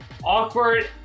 Awkward